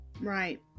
Right